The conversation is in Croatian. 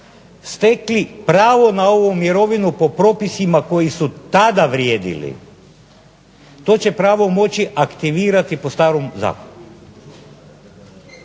stekli pravo na ovu mirovinu po propisima koji su tada vrijedili, to će pravo moći aktivirati po starom zakonu.